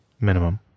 minimum